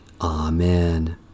Amen